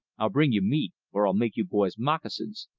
i'll bring you meat or i'll make you boys moccasins.